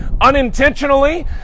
unintentionally